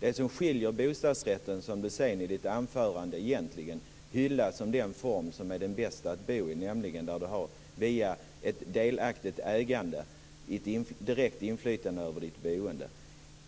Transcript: Det som skiljer från bostadsrätten, som Ewa Thalén Finné i sitt anförande egentligen hyllar som den form som är den bästa att bo i, nämligen där man via ett delaktigt ägande har ett direkt inflytande på boendet,